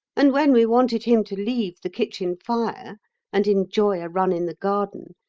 and when we wanted him to leave the kitchen fire and enjoy a run in the garden,